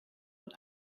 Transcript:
und